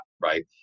right